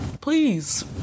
please